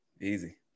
Easy